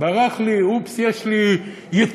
ברח לי, אופס, יש לי יתרות.